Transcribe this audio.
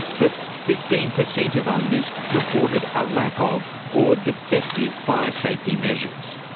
but fifteen per cent of owners reported a lack ah of or defective fire safety measures.